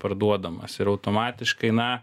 parduodamas ir automatiškai na